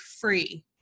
free